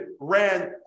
ran